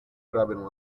grabbing